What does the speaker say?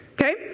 Okay